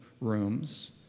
rooms